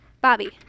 Bobby